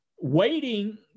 waiting